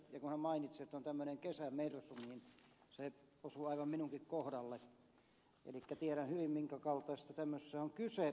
ja kun hän mainitsi että on tämmöinen kesä mersu niin se osui aivan minunkin kohdalleni elikkä tiedän hyvin minkä kaltaisesta tämmöisessä on kyse